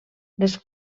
les